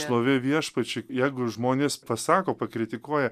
šlovė viešpačiu jeigu žmonės pasako pakritikuoja